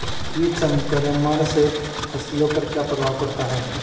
कीट संक्रमण से फसलों पर क्या प्रभाव पड़ता है?